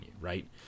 right